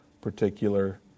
particular